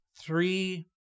three